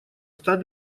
стать